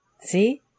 See